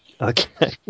Okay